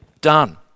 done